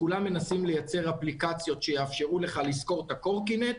כולם מנסים לייצר אפליקציות שיאפשרו לך לשכור את הקורקינט,